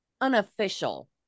unofficial